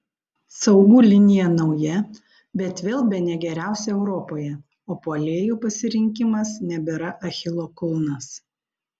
saugų linija nauja bet vėl bene geriausia europoje o puolėjų pasirinkimas nebėra achilo kulnas